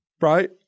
right